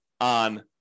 on